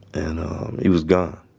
and he was gone